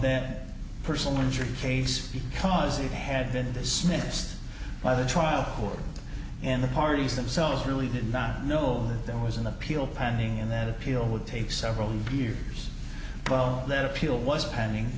that personal injury case because he had been this missed by the trial court and the parties themselves really did not know there was an appeal pending and that appeal would take several years well that appeal was happening